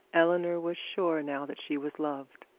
eleanor was sure now that she was loved.